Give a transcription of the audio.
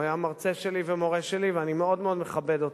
הוא היה מרצה שלי ומורה שלי ואני מאוד מאוד מכבד אותו.